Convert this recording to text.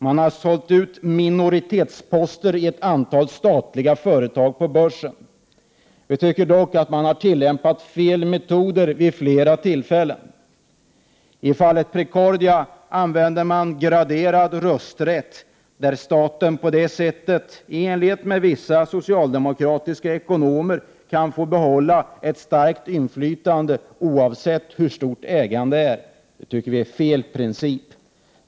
Man har sålt ut minoritetsposter på börsen i ett antal statliga företag. Vi tycker dock att man har tillämpat fel metoder vid flera tillfällen. I fallet Procordia använde man graderad rösträtt. Staten kan på det sättet, i enlighet med vad vissa socialdemokratiska ekonomer säger, behålla ett starkt inflytande oavsett hur stort ägandet är. Det tycker vi är fel princip.